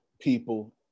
people